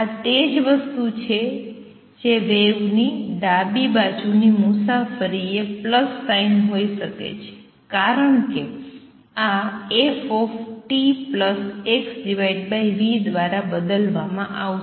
આ તે જ વસ્તુ છે જે વેવની ડાબી બાજુ ની મુસાફરી એ પ્લસ સાઇન હોઈ શકે છે કારણ કે આ ft xv દ્વારા બદલવામાં આવશે